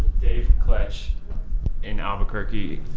dave klatch in albuquerque,